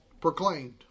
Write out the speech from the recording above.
proclaimed